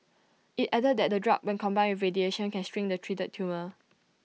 IT added that the drug when combined radiation can shrink the treated tumour